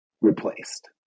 replaced